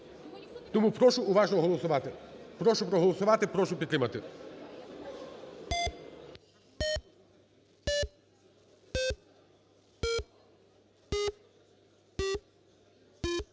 тому прошу уважно голосувати. Прошу проголосувати, прошу підтримати.